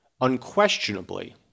unquestionably